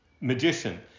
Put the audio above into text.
magician